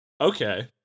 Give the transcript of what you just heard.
Okay